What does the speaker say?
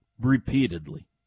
repeatedly